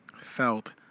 felt